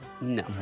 No